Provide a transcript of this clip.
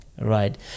right